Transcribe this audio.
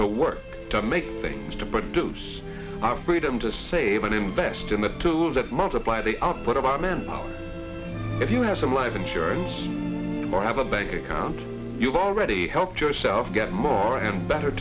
to work to make things to produce our freedom to save and invest in the tools that multiply the output of our men if you have some life insurance or have a bank account you've already helped yourself get more and better